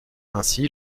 ainsi